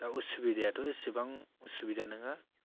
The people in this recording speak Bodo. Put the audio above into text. दा असुबिदायाथ' एसेबां असुबिदा नङा